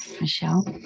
Michelle